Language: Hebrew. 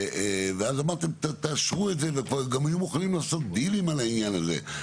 ואז אמרתם תאשרו את זה וגם היו מוכנים לעשות דילים על העניין הזה.